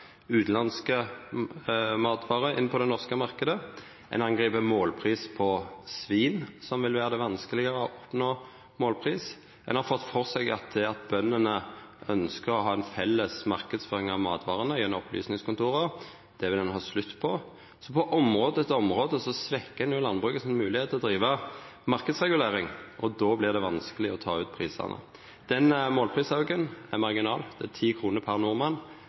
utanlandske matvarer på den norske marknaden, ein angrip målpris på svin, som vil gjera det vanskelegare å oppnå målpris, ein har fått for seg at ein vil ha slutt på det at bøndene ønskjer å ha ei felles marknadsføring av matvarene gjennom opplysningskontora. Så på område etter område svekkjer ein den moglegheita landbruket har til å driva marknadsregulering. Og då vert det vanskeleg å ta ut prisane. Målprisauken er marginal, det er 10 kr per